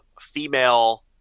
female